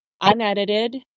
unedited